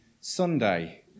Sunday